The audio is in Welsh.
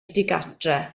digartref